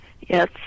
Yes